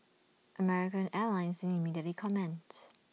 American airlines didn't immediately comments